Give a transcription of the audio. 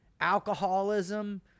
alcoholism